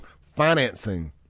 financing